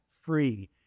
free